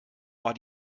war